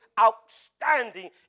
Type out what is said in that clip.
outstanding